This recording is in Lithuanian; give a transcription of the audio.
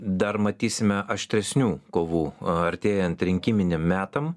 dar matysime aštresnių kovų o artėjant rinkiminiam metam